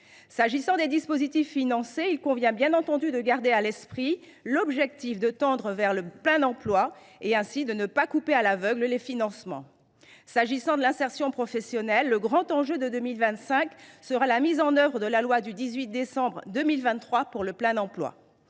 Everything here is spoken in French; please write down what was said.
qui est des dispositifs financés, il convient bien entendu de garder à l’esprit l’objectif, qui est de tendre vers le plein emploi, et ainsi de ne pas couper à l’aveugle dans les financements. En ce qui concerne l’insertion professionnelle, le grand enjeu de 2025 sera la mise en œuvre de la loi du 18 décembre 2023 pour le plein emploi.